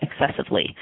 excessively